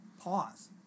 Pause